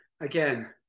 again